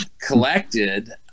collected